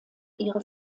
ihre